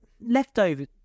leftovers